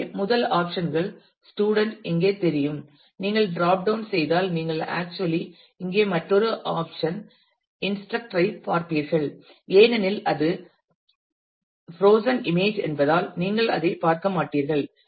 எனவே முதல் ஆப்சன் கள் ஸ்டூடண்ட் இங்கே தெரியும் நீங்கள் டிராப் டவுன் செய்தால் நீங்கள் ஆக்சுவலி இங்கே மற்றொரு ஆப்சன் இன்ஸ்ரக்டர் ஐ பார்ப்பீர்கள் ஏனெனில் அது ப்ரோஷன் இமேஜ் என்பதால் நீங்கள் அதைப் பார்க்க மாட்டீர்கள்